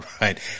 right